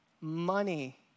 money